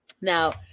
Now